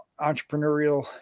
entrepreneurial